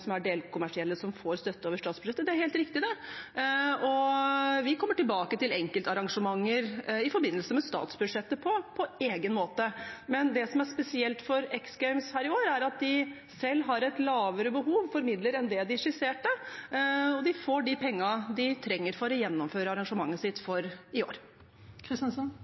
helt riktig. Vi kommer tilbake til enkeltarrangementer i forbindelse med statsbudsjettet på egen måte. Men det som er spesielt for X Games her i år, er at de selv har et lavere behov for midler enn det de skisserte, og de får de pengene de trenger for å gjennomføre arrangementet sitt for i år.